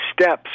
steps